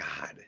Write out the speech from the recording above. God